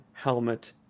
helmet